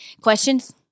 Questions